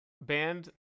band